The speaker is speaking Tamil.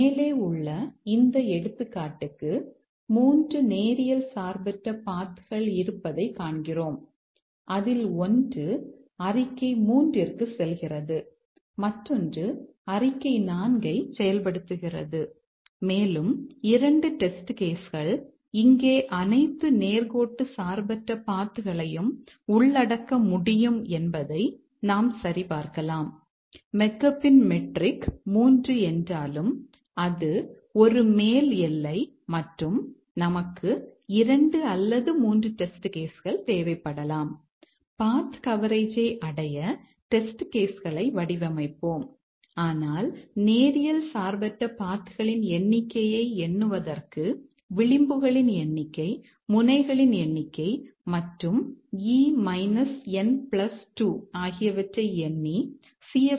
மேலே உள்ள இந்த எடுத்துக்காட்டுக்கு 3 நேரியல் சார்பற்ற பாத் களின் எண்ணிக்கையை எண்ணுவதற்கு விளிம்புகளின் எண்ணிக்கை முனைகளின் எண்ணிக்கை மற்றும் E N2 ஆகியவற்றை எண்ணி சி